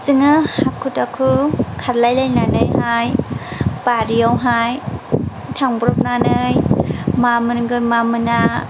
जों हाखु दाखु खारलाय लायनानैहाय बारियावहाय थांब्रबनानै मा मोनगोन मा मोना